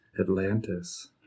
Atlantis